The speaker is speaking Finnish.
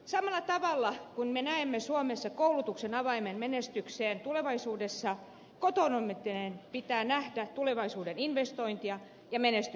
samalla tavalla kuin me näemme suomessa koulutuksen avaimena menestykseen tulevaisuudessa kotoutuminen pitää nähdä tulevaisuuteen investointina ja menestyksen edellytyksenä